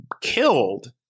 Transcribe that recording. killed